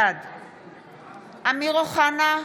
בעד אמיר אוחנה,